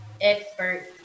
expert